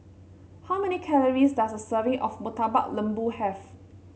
how many calories does a serving of Murtabak Lembu have